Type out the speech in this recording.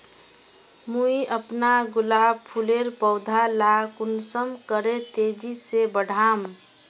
मुई अपना गुलाब फूलेर पौधा ला कुंसम करे तेजी से बढ़ाम?